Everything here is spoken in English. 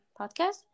podcast